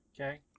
Okay